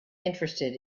interested